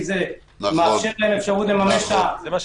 כי זה מאפשר להם אפשרות להחלים במלון.